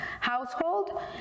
household